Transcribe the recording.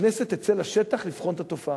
שהכנסת תצא לשטח לבחון את התופעה.